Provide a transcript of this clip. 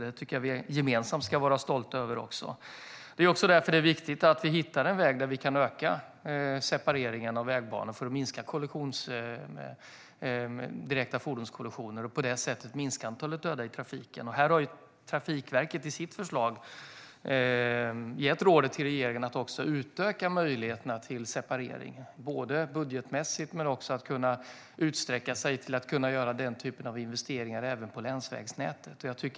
Det tycker jag att vi gemensamt ska vara stolta över. Det är viktigt att vi hittar ett sätt för att kunna öka separeringen av vägbanor för att minska risken för direkta fordonskollisioner och på det sättet minska antalet döda i trafiken. Trafikverket har i sitt förslag gett regeringen rådet att utöka möjligheterna till separering budgetmässigt men också att sträcka sig till att kunna göra den typen av investeringar även på länsvägnätet.